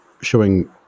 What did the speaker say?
showing